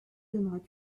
donneras